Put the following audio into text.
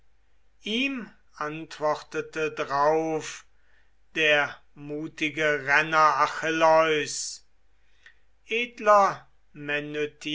ihm antwortete drauf der mutige renner achilleus edler